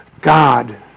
God